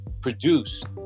produced